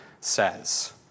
says